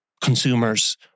consumers